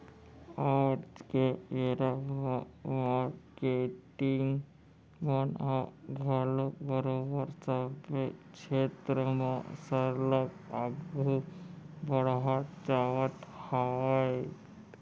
आज के बेरा म मारकेटिंग मन ह घलोक बरोबर सबे छेत्र म सरलग आघू बड़हत जावत हावय